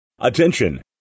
Attention